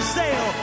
sail